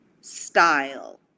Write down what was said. style